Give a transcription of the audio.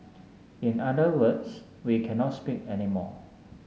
in other words we cannot speak anymore